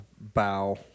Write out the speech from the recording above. bow